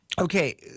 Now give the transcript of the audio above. Okay